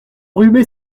enrhumé